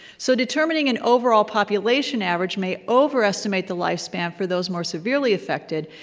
so determining an overall population average may overestimate the lifespan for those more severely affected,